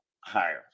higher